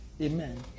Amen